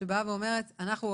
שאומרת שאנחנו,